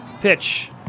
Pitch